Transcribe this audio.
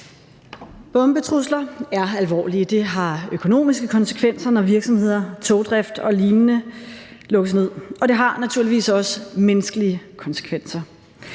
Bombetrusler er alvorlige. Det har økonomiske konsekvenser, når virksomheder, togdrift og lignende lukkes ned, og det har naturligvis også menneskelige konsekvenser.